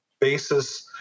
basis